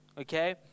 okay